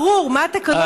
עד שלא ברור מה התקנות,